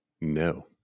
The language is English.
no